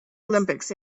olympics